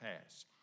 pass